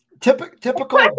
Typical